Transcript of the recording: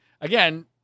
again